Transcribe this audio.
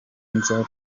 nza